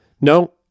No